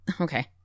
okay